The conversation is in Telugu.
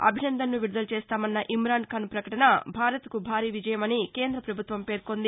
అభినందన్ను విడుదల చేస్తామన్న ఇమాన్ ఖాన్ పకటన భారత్కు భారీవిజయమని కేంద్రపభుత్వం పేర్కొంది